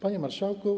Panie Marszałku!